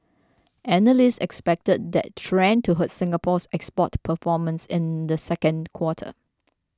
analysts expected that trend to hurt Singapore's export performance in the second quarter